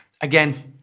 Again